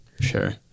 Sure